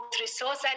resource